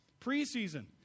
Preseason